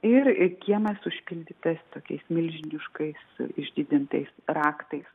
ir kiemas užpildytas tokiais milžiniškais išdidintais raktais